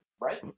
right